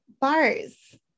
bars